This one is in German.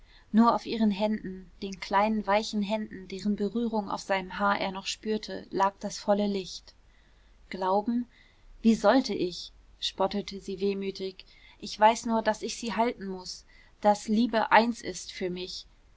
nur auf ihren händen den kleinen weichen händen deren berührung auf seinem haar er noch spürte lag das volle licht glauben wie sollte ich spottete sie wehmütig ich weiß nur daß ich sie halten muß daß liebe eins ist für mich